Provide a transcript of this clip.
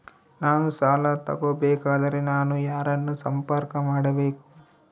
ನಾನು ಸಾಲ ತಗೋಬೇಕಾದರೆ ನಾನು ಯಾರನ್ನು ಸಂಪರ್ಕ ಮಾಡಬೇಕು?